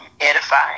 edifying